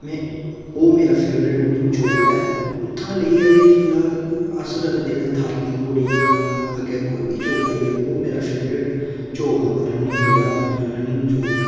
में ओह् मेरा फैवरेट रनिंग चौक ऐ उत्थुआं लेइयै फिलहाल अस रखदे न थात्थी धोड़ी जां अग्गें कोई बी चौक आई गेआ ओह् मेरा फेवरेट चौक औंदा रनिंग जेह्ड़ा मेरा रनिंग चौक ऐ